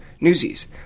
Newsies